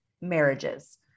marriages